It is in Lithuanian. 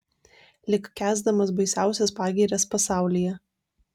lyg kęsdamas baisiausias pagirias pasaulyje